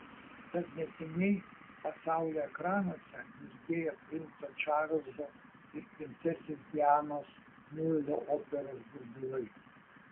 dar neseniai pasaulio ekranuose mirgėjo princo čarlzo ir princesės dianos muilo operos burbulai